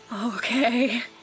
Okay